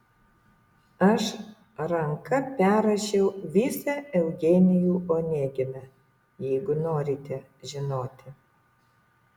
aš ranka perrašiau visą eugenijų oneginą jeigu norite žinoti